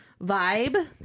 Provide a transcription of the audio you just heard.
vibe